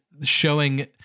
showing